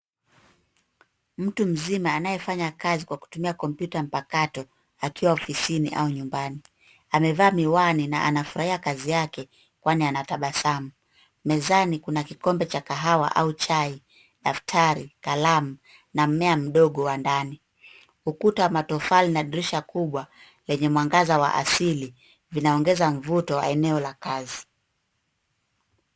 Mtu mzima anayefanya kazi kwa kutumia kompyuta mpakato akiwa ofisini au nyumbani. Amevaa miwani na anafurahia kazi yake kwani anatabasamu. Mezani kuna kikombe cha kahawa au chai, daftari, kalamu na mmea mdogo wa ndani. Ukuta wa matofali na dirisha kubwa lenye mwangaza wa asili zinaongeza mvuto wa eneo la kazi.